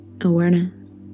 awareness